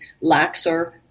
laxer